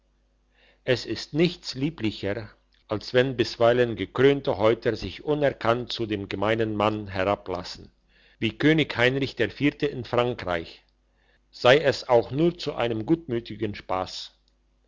es ist nichts lieblicher als wenn bisweilen gekrönte häupter sich unerkannt zu dem gemeinen mann herablassen wie könig heinrich der vierte in frankreich sei es auch nur zu einem gutmütigen spass